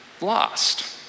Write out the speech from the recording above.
lost